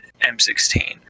m16